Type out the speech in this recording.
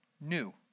new